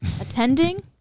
attending